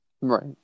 right